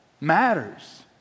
Matters